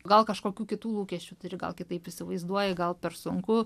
gal kažkokių kitų lūkesčių turi gal kitaip įsivaizduoji gal per sunku